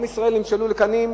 עם ישראל נמשלו לקנים.